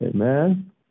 Amen